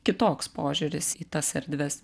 kitoks požiūris į tas erdves